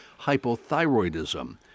hypothyroidism